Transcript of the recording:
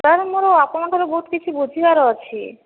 sir ମୋର ଆପଣଙ୍କଠୁ ବହୁତ କିଛି ବୁଝିବାର ଅଛି